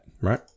right